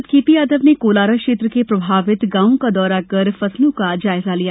सांसद केपी यादव ने कोलारस क्षेत्र के प्रभावित गांवों का दौरा कर फसलों का जायजा लिया